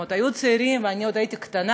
הם עוד היו צעירים, ואני עוד הייתי קטנה,